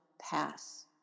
pass